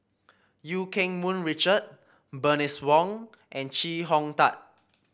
Eu Keng Mun Richard Bernice Wong and Chee Hong Tat